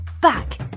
back